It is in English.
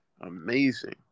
amazing